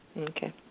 Okay